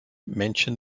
mention